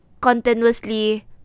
continuously